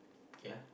okay ah